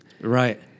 Right